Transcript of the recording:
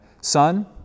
Son